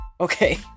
okay